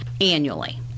annually